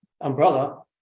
umbrella